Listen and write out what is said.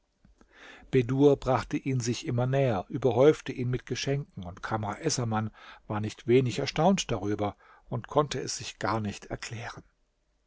bedur brachte ihn sich immer näher überhäufte ihn mit geschenken und kamr essaman war nicht wenig erstaunt darüber und konnte es sich gar nicht erklären